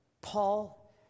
Paul